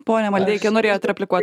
pone maldeiki norėjot replikuot